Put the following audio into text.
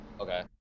Okay